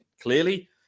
clearly